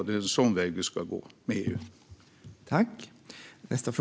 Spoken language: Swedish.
Det är en sådan väg vi ska gå med EU.